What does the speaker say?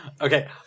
Okay